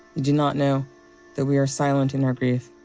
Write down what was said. do not know that we are silent in our grief,